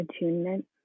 attunement